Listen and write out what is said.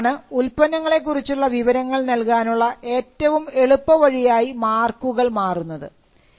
ഈ ഘട്ടത്തിലാണ് ഉൽപ്പന്നങ്ങളെ കുറിച്ചുള്ള വിവരങ്ങൾ നൽകാനുള്ള ഏറ്റവും എളുപ്പ വഴിയായി മാർക്കുകൾ മാറുന്നത്